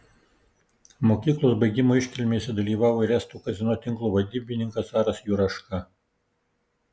mokyklos baigimo iškilmėse dalyvavo ir estų kazino tinklo vadybininkas aras juraška